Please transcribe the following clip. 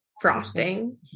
frosting